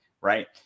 right